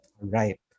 Right